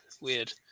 Weird